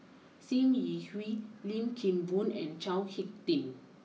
Sim Yi Hui Lim Kim Boon and Chao Hick Tin